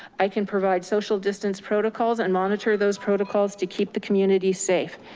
i can provide social distance protocols and monitor those protocols to keep the community safe.